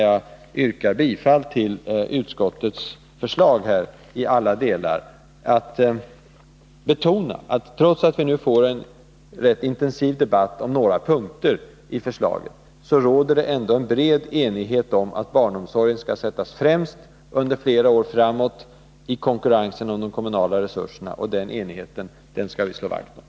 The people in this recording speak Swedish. Jag yrkar bifall till utskottets förslag i alla delar och vill sluta med att betona, att trots att vi nu får en rätt intensiv debatt om några punkter i förslaget, råder det en bred enighet om att barnomsorgen i konkurensen om det kommunala resurserna skall sättas främst under flera år framåt. Och den enigheten skall vi slå vakt om.